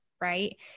right